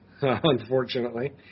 unfortunately